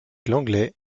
lenglet